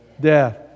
death